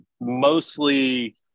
Mostly